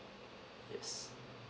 yes